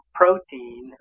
protein